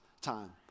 time